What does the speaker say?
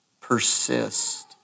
persist